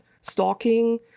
stalking